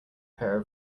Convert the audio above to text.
pair